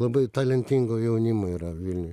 labai talentingo jaunimo yra vilniuj